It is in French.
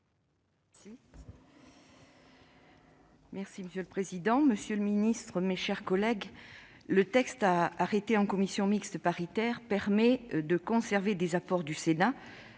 Varaillas. Monsieur le président, monsieur le ministre, mes chers collègues, le texte arrêté en commission mixte paritaire permet de conserver des apports du Sénat,